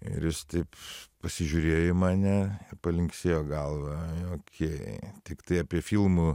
ir jis taip pasižiūrėjo į mane palinksėjo galva okei tiktai apie filmų